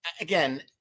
Again